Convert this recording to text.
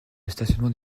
stationnement